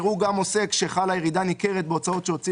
יראו גם עוסק שחלה ירידה ניכרת בהוצאות שהוציא